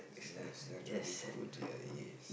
yes that will be good yes